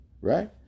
right